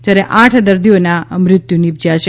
જ્યારે આઠ દર્દીઓના મૃત્યુ નિપજ્યા છે